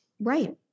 Right